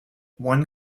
one